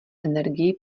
energii